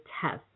test